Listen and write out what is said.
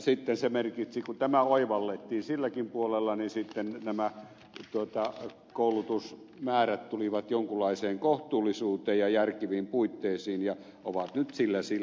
sitten se merkitsi sitä kun tämä oivallettiin silläkin puolella että nämä koulutusmäärät tulivat jonkunlaiseen kohtuullisuuteen ja järkeviin puitteisiin ja ovat nyt sillä tasolla